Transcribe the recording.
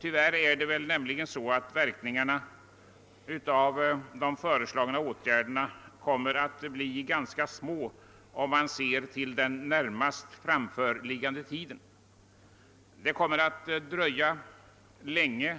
Tyvärr kommer väl verkningarna av de föreslagna åtgärderna åtminstone under den närmast framförliggande tiden att bli ganska små. Det kommer att dröja länge